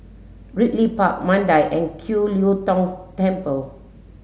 Ridley Park Mandai and Kiew Lee Tong Temple